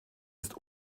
ist